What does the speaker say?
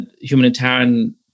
humanitarian